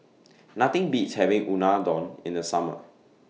Nothing Beats having Unadon in The Summer